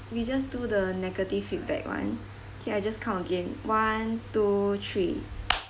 we just do the negative feedback one okay I just count again one two three